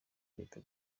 leta